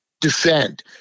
defend